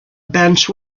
bench